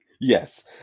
Yes